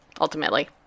ultimately